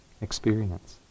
experience